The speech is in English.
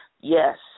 Yes